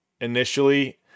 initially